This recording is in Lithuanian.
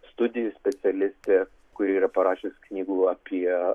studijų specialistė kuri yra parašiusi knygų apie